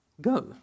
Go